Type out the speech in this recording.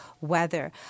weather